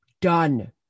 done